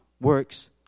works